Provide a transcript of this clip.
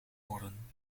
worden